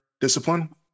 discipline